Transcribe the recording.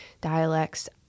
dialects